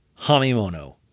Hamimono